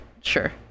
sure